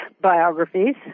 biographies